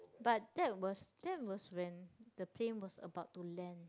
but that was that was when the plane was about to land